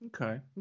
Okay